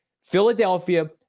Philadelphia